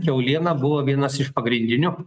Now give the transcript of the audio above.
kiauliena buvo vienas iš pagrindinių